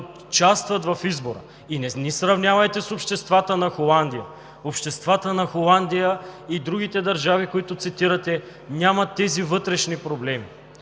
участват в избора. Не ни сравнявайте с обществата на Холандия, обществата на Холандия и другите държави, които цитирате, нямат тези вътрешни проблеми.